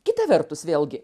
kita vertus vėlgi